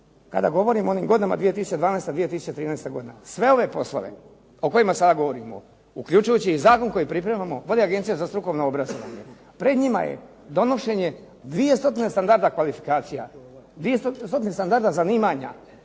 kada govorim o onim godinama 2012., 2013. godina, sve ove poslove o kojima sada govorimo, uključujući i zakon koji pripremamo, vodi Agencija za strukovno obrazovanje. Pred njima je donošenje 200 standarda kvalifikacija, 200 standarda zanimanja,